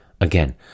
Again